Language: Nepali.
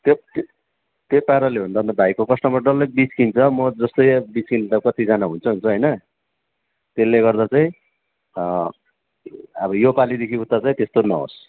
थेत् त्यो पाराले हो भने त भाइको कस्टमर डल्लै बिच्किन्छ म जस्तै बिच्किने अब कतिजना हुन्छ हुन्छ त्यसले गर्दा चाहिँ अब यो पालिदेखि उता त्यस्तो नहोस्